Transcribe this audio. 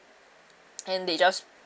and they just